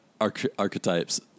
archetypes